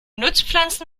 nutzpflanzen